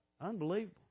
Unbelievable